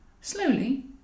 Slowly